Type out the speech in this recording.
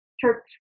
church